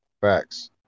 facts